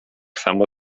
samo